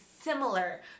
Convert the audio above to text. similar